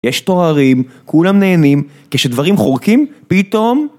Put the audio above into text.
יש תוארים, כולם נהנים, כשדברים חורקים, פתאום...